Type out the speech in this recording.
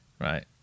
right